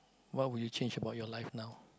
what would you change about your life now